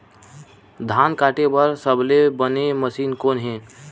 धान काटे बार सबले बने मशीन कोन हे?